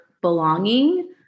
belonging